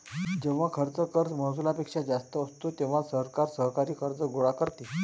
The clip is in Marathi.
जेव्हा खर्च कर महसुलापेक्षा जास्त असतो, तेव्हा सरकार सरकारी कर्ज गोळा करते